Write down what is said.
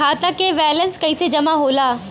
खाता के वैंलेस कइसे जमा होला?